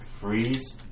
freeze